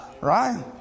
Right